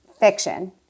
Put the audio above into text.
fiction